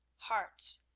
hearts.